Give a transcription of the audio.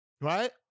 right